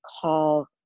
call